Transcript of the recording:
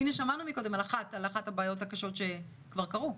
והנה שמענו קודם על אחת הבעיות הקשות שכבר קרו.